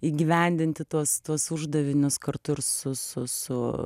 įgyvendinti tuos tuos uždavinius kartu ir su su su